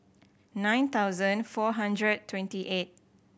nine thousand four hundred twenty eight